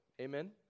Amen